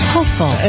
Hopeful